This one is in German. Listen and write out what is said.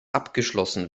abgeschlossen